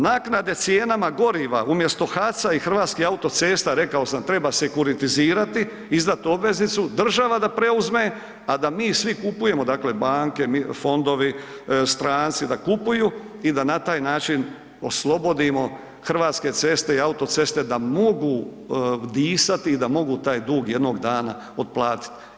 Naknade cijenama goriva umjesto HAC-a i Hrvatskih autocesta rekao sam treba sekuritizirati, izdat obveznicu država da preuzme, a da mi svi mi kupujemo dakle banke, fondovi, stranci da kupuju i da na taj način oslobodimo Hrvatske ceste i autoceste da mogu disati i da mogu taj dug jednog dana otplatiti.